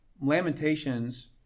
Lamentations